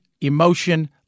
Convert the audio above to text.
emotion